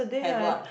have what